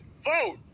vote